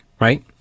Right